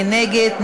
מי נגד?